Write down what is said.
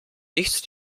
nicht